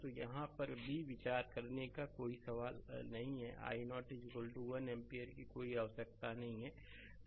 तो यहाँ पर भी विचार करने का कोई सवाल नहीं i0 1 एम्पीयर की कोई आवश्यकता नहीं है